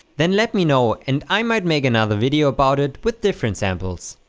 then let me know and i might make another video about it with different samples.